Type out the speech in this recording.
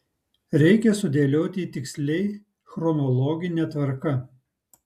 reikia sudėlioti tiksliai chronologine tvarka